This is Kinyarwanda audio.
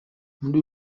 muri